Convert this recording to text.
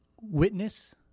Witness